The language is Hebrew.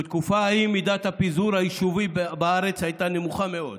בתקופה ההיא מידת הפיזור היישובי בארץ הייתה נמוכה מאוד.